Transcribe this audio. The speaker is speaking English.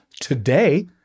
today